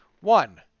One